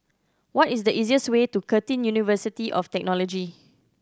what is the easiest way to Curtin University of Technology